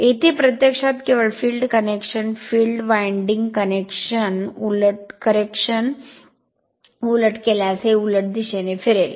येथे प्रत्यक्षात केवळ field correction field winding correction उलट केल्यास हे उलट दिशेने फिरेल